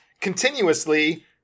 continuously